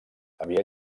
havia